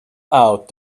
out